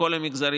מכל המגזרים,